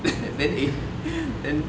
then eh then